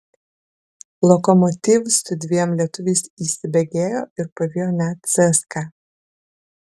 lokomotiv su dviem lietuviais įsibėgėjo ir pavijo net cska